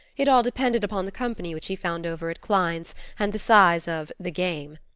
it all depended upon the company which he found over at klein's and the size of the game.